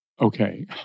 okay